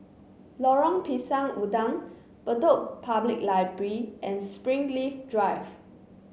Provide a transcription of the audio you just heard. Lorong Pisang Udang Bedok Public Library and Springleaf Drive